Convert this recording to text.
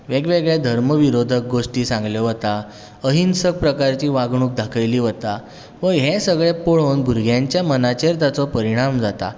वेगवेगळे धर्म विरोधक गोश्टी सांगलें वतां अहिंसक प्रकारची वागणूक दाखयली वता हें सगळे पळोवन भुरग्यांच्या मनाचेर ताचो परिणाम जाता